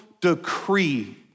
decree